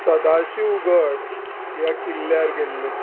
सदाशीवगड ह्या किल्ल्यार गेल्ली